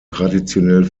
traditionell